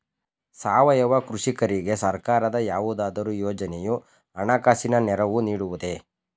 ಸಾವಯವ ಕೃಷಿಕರಿಗೆ ಸರ್ಕಾರದ ಯಾವುದಾದರು ಯೋಜನೆಯು ಹಣಕಾಸಿನ ನೆರವು ನೀಡುವುದೇ?